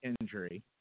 injury